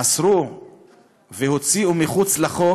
אסרו והוציאו מחוץ לחוק